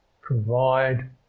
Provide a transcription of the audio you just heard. provide